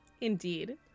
indeed